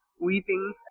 weeping